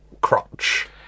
crotch